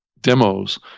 demos